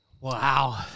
Wow